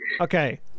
Okay